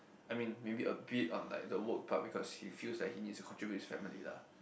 I mean maybe a bit on like the work part because he feels like he needs to contribute his family lah